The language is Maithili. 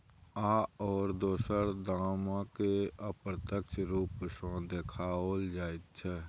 आओर दोसर दामकेँ अप्रत्यक्ष रूप सँ देखाओल जाइत छै